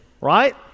right